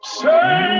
say